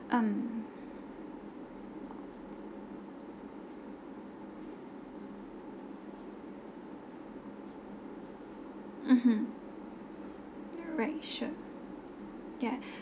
um mmhmm you're right sure ya